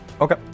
Okay